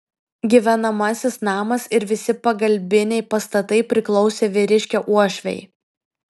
gyvenamasis namas ir visi pagalbiniai pastatai priklausė vyriškio uošvei